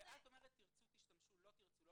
כשאת אומרת תרצו תשתמשו לא תרצו לא